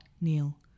Neil